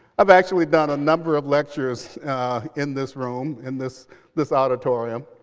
i've actually done a number of lectures in this room, in this this auditorium.